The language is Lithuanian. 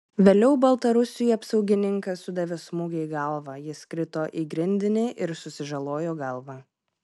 vėliau baltarusiui apsaugininkas sudavė smūgį į galvą jis krito į grindinį ir susižalojo galvą